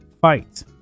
fight